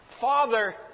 Father